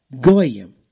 goyim